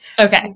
okay